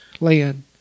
land